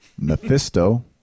Mephisto